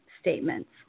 statements